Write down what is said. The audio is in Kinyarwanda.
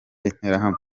interahamwe